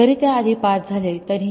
जरी ते आधी पास झाले असले तरीही